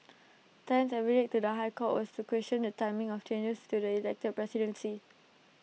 Tan's affidavit to the High Court was to question the timing of changes to the elected presidency